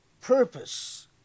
purpose